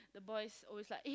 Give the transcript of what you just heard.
the boys always like eh